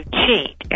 cheat